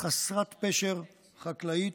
חסרת פשר, חקלאית,